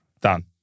Done